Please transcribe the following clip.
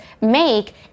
make